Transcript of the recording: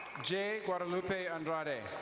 jay guadalupe andrade.